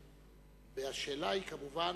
והשאלה היא כמובן